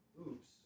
oops